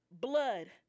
blood